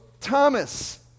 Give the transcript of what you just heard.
Thomas